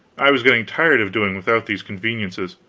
i was getting tired of doing without these conveniences.